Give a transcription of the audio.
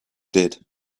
did